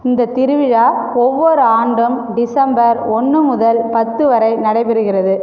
இந்தத் திருவிழா ஒவ்வொரு ஆண்டும் டிசம்பர் ஒன்று முதல் பத்து வரை நடைபெறுகிறது